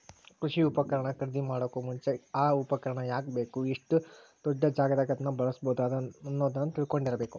ಕೃಷಿ ಉಪಕರಣ ಖರೇದಿಮಾಡೋಕು ಮುಂಚೆ, ಆ ಉಪಕರಣ ಯಾಕ ಬೇಕು, ಎಷ್ಟು ದೊಡ್ಡಜಾಗಾದಾಗ ಅದನ್ನ ಬಳ್ಸಬೋದು ಅನ್ನೋದನ್ನ ತಿಳ್ಕೊಂಡಿರಬೇಕು